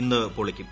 ഇന്ന് പൊളിക്കും